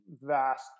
vast